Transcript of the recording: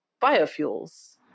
biofuels